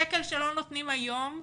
שקל שלא נותנים היום,